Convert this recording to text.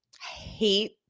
hate